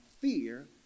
fear